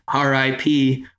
RIP